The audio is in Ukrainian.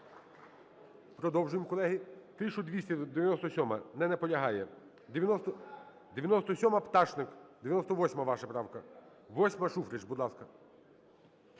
Продовжуємо, колеги. 1297-а. Не наполягає. 97-а, Пташник. 98-а ваша правка. 8-а, Шуфрич, будь ласка.